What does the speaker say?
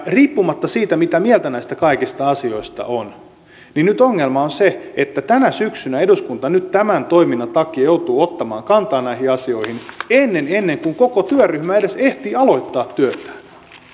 riippumatta siitä mitä mieltä näistä kaikista asioista on niin nyt ongelma on se että tänä syksynä eduskunta nyt tämän toiminnan takia joutuu ottamaan kantaa näihin asioihin ennen kuin koko työryhmä edes ehtii aloittaa työtään